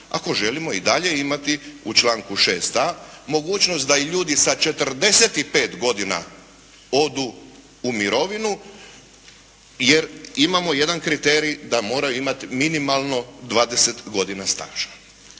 ako želimo i dalje imati u članku 6.a mogućnost da i ljudi sa 45 godina odu u mirovinu jer imamo jedan kriterij da moraju imati minimalno dvadeset godina staža.